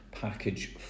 package